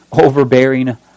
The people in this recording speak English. overbearing